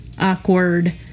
awkward